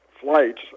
flights